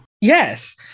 Yes